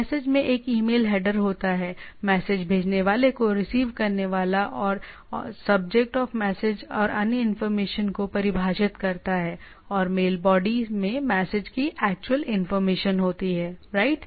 message में एक email header होता है मैसेज भेजने वाले को रिसीव करने वाला और सब्जेक्ट ऑफ मैसेज और अन्य इंफॉर्मेशन को परिभाषित करता है और मेल बॉडी में मैसेज की एक्चुअल इंफॉर्मेशन होती है राइट